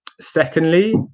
Secondly